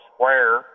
Square